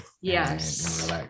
Yes